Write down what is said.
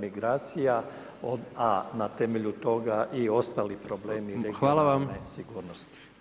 migracija a na temelju toga i ostali problemi regionalne sigurnosti.